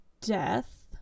death